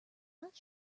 not